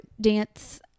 dance